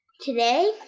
Today